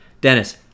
Dennis